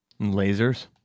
Lasers